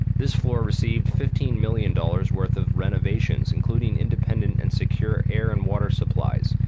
this floor received fifteen million dollars worth of renovations, including independent and secure air and water supplies,